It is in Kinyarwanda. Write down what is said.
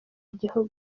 igihugu